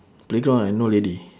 playground I no lady